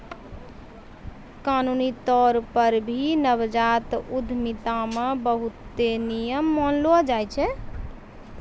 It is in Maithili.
कानूनी तौर पर भी नवजात उद्यमिता मे बहुते नियम मानलो जाय छै